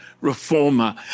reformer